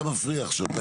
אתה מפריע עכשיו.